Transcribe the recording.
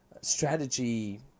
strategy